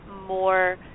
more